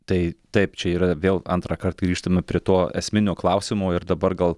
tai taip čia yra vėl antrąkart grįžtame prie to esminio klausimo ir dabar gal